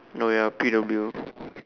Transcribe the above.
no ya P_W